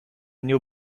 new